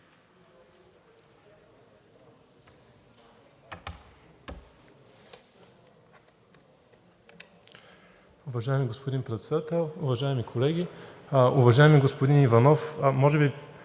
Уважаеми господин Председател, уважаеми колеги! Уважаеми господин Иванов, може би